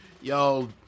y'all